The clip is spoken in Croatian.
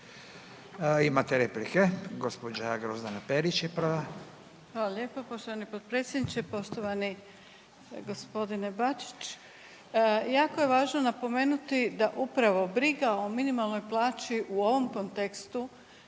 Imate replike. Gospođa Grozdana Perić je prva. **Perić, Grozdana (HDZ)** Hvala lijepa, poštovani potpredsjedniče. Poštovani gospodine Bačić, jako je važno napomenuti da upravo briga o minimalnoj plaći u ovom kontekstu